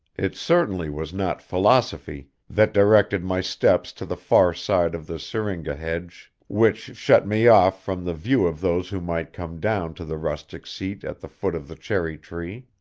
it certainly was not philosophy that directed my steps to the far side of the syringa hedge which shut me off from the view of those who might come down to the rustic seat at the foot of the cherry tree.